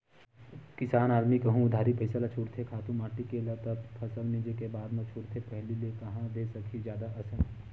किसान आदमी कहूँ उधारी पइसा ल छूटथे खातू माटी के ल त फसल मिंजे के बादे म छूटथे पहिली ले कांहा दे सकही जादा असन